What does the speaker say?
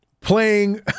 playing